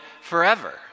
forever